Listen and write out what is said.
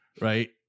right